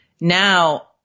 now